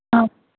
ஆ